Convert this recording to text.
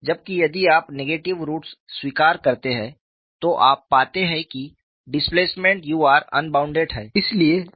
जबकि यदि आप नेगेटिव रूट्स स्वीकार करते हैं तो आप पाते हैं कि डिस्प्लेसमेंट u r अनबॉउंडेड है